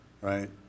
Right